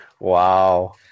wow